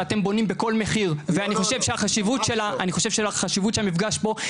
שאתם בונים בכל מחיר; ואני חושב שהחשיבות של המפגש פה,